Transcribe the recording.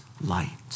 light